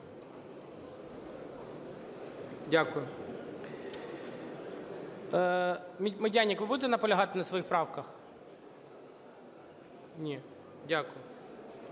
Дякую. Медяник, ви будете наполягати на своїх правках? Ні. Дякую.